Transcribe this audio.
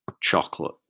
Chocolate